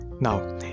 Now